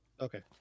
Okay